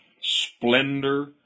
splendor